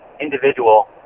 individual